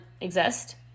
exist